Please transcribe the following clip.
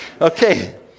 Okay